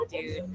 dude